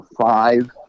Five